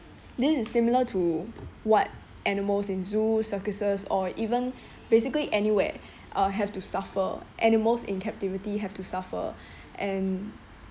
this is similar to what animals in zoo circuses or even basically anywhere uh have to suffer animals in captivity have to suffer and